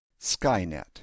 Skynet